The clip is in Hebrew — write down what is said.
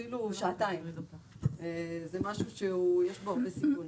אפילו לשעתיים, זה משהו שיש בו הרבה סיכון.